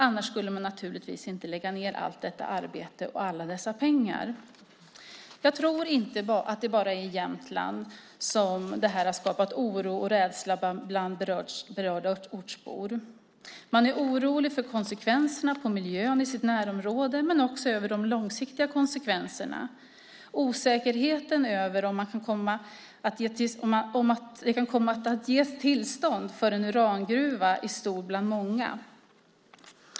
Annars skulle de naturligtvis inte lägga ned allt detta arbete och alla dessa pengar. Jag tror inte att det bara är i Jämtland som det här har skapat oro och rädsla bland berörda ortsbor. Man är orolig för konsekvenserna för miljön i sitt närområde men också för de långsiktiga konsekvenserna. Osäkerheten om att det kan komma att ges tillstånd för en urangruva är stor bland många.